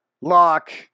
lock